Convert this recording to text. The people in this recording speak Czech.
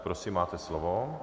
Prosím, máte slovo.